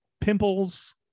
pimples